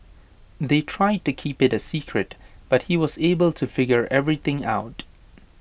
they tried to keep IT A secret but he was able to figure everything out